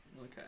Okay